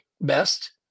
best